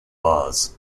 laws